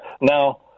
Now